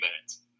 minutes